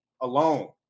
alone